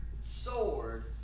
sword